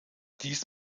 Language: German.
dies